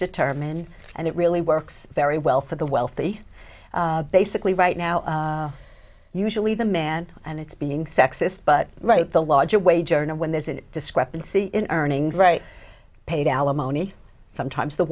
determined and it really works very well for the wealthy basically right now usually the man and it's being sexist but right the larger wage earner when there's a discrepancy in earnings right paid alimony sometimes the